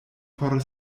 por